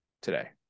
today